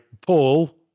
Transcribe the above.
Paul